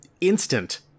instant